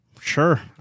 Sure